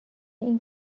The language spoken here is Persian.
این